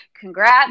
congrats